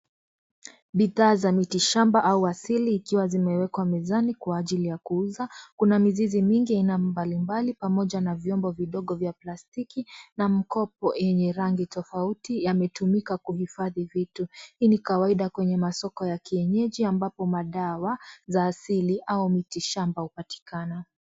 Bidhaa za miti shamba au asili ikiwa zimeekwa mezani kwa ajili ya kuuza kuna mizizi mingi ya aina mbalimbali pamoja na vyombo vidogo vya plastiki na mkopo yenye rangi tofauti yametumika kuhifadhi vitu. Hii ni kawaida kwenye masoko ya kienyeji ambapo madawa za asili au miti shamba hupatikana.